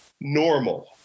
normal